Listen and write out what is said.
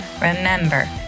remember